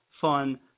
fun